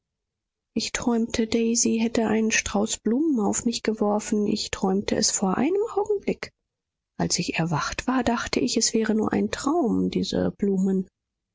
ich träumte daisy hätte einen strauß blumen auf mich geworfen ich träumte es vor einem augenblick als ich erwacht war dachte ich es wäre nur ein traum diese blumen